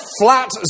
flat